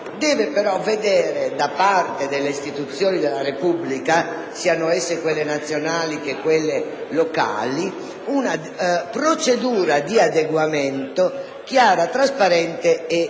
deve prevedere da parte delle istituzioni della Repubblica, siano esse quelle nazionali o quelle locali, una procedura di adeguamento chiara, trasparente e tempestiva.